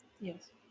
Yes